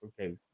okay